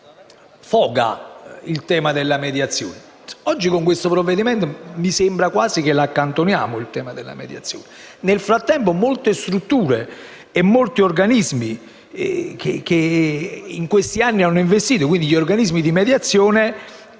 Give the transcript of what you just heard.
il tema della mediazione,